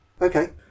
Okay